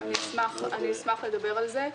בהחלט, אשמח לדבר על זה.